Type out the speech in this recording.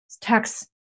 Tax